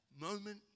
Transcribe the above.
moment